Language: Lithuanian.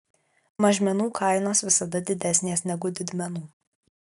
mažmenų kainos visada didesnės negu didmenų